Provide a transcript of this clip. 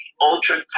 ultra